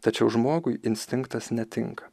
tačiau žmogui instinktas netinka